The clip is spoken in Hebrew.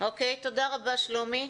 תודה רבה, שלומי.